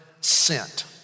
sent